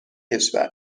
کشور